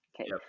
okay